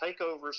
takeovers